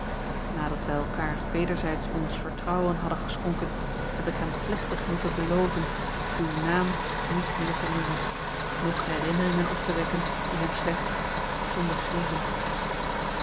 nadat wij elkaar wederzijds ons vertrouwen hadden geschonken heb ik hem plechtig moeten beloven uw naam niet meer te noemen noch herinneringen op te wekken die hem slechts konden grieven